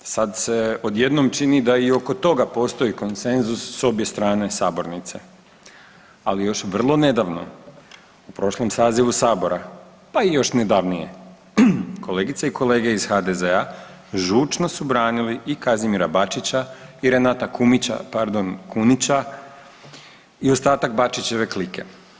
Sad se odjednom čini da i oko toga postoji konsenzus s obje strane sabornice, ali još vrlo nedavno u prošlom sazivu sabora pa i još nedavnije kolegice i kolege iz HDZ-a žučno su branili i Kazimira Bačića i Renata Kumića, pardon Kunića i ostatak Bačićeve klike.